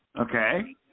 Okay